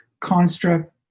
construct